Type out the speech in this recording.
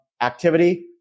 activity